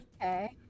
Okay